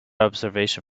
observation